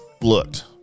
looked